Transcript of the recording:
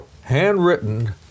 handwritten